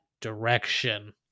direction